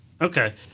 Okay